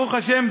ברוך השם,